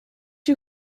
you